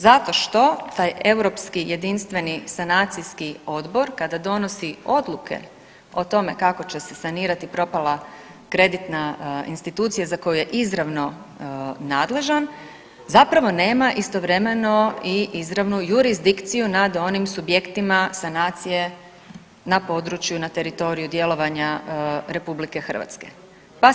Zato što taj europski jedinstveni sanacijski odbor kada donosi odluke o tome kako će se sanirati propala kreditna institucija za koju je izravno nadležan zapravo nema istovremeno i izravnu jurisdikciju nad onim subjektima sanacije na području, na teritoriju djelovanja Republike Hrvatske.